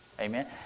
Amen